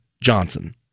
Johnson